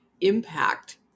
impact